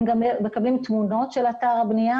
הם גם מקבלים תמונות של אתר הבנייה.